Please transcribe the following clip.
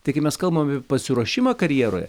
tai kai mes kalbame apie pasiruošimą karjeroje